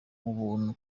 ubuntu